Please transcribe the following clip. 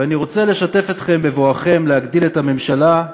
ואני רוצה לשתף אתכם, בבואכם להגדיל את הממשלה,